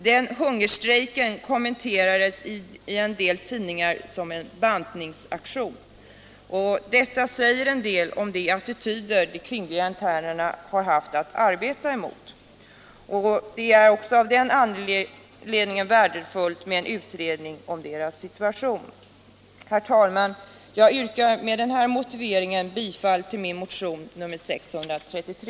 Den hungerstrejken kommenterades i en del tidningar som en bantningsaktion. Detta säger en del om de attityder de kvinnliga internerna har haft att arbeta mot. Det är också av den anledningen värdefullt med en utredning om deras situation. Herr talman! Jag yrkar med denna motivering bifall till min motion 633.